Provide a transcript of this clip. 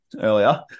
earlier